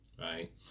right